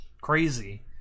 crazy